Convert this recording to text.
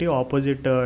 opposite